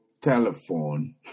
telephone